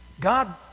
God